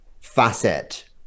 facet